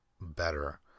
better